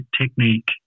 technique